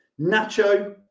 nacho